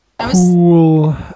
cool